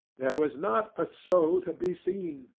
there was not a soul to be seen,